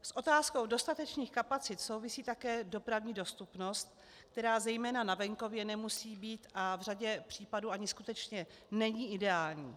S otázkou dostatečných kapacit souvisí také dopravní dostupnost, která zejména na venkově nemusí být, a v řadě případů ani skutečně není, ideální.